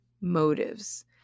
motives